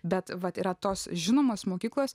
bet vat yra tos žinomos mokyklos